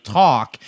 talk